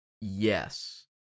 Yes